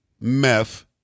meth